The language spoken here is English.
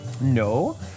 No